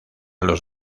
los